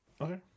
Okay